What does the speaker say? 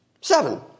Seven